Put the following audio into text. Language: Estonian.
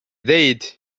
ideid